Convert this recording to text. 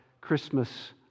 Christmas